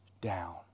down